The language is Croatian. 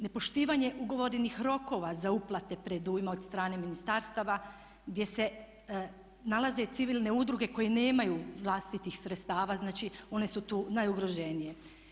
Nepoštivanje ugovorenih rokova za uplate predujma od strane ministarstava gdje se nalaze civilne udruge koje nemaju vlastitih sredstava, znači one su tu najugroženije.